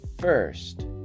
first